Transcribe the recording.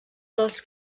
dels